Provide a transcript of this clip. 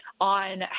on